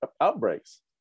outbreaks